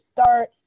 start